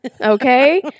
Okay